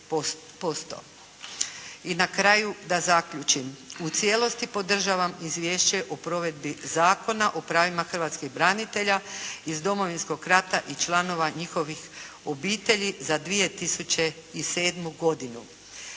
I na kraju da zaključim. U cijelosti podržavam Izvješće o provedbi Zakona o pravima hrvatskih branitelja iz Domovinskog rata i članova njihovih obitelji za 2007. godinu.